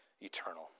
eternal